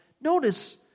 notice